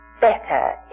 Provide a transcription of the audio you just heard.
better